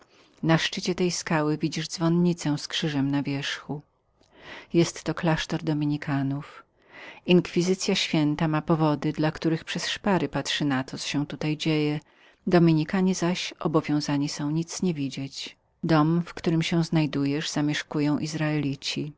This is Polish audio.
na szczycie tej skały widzisz dzwonnicę z krzyżem na wierzchu jestto klasztor dominikanów inkwizycya święta ma powody dla których przez szpary patrzy na to co się tutaj dzieje dominikanie zaś obowiązani są nic nie widzieć dom w którym się znajdujesz zamieszkują izraelici